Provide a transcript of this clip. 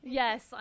yes